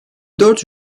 dört